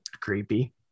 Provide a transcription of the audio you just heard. creepy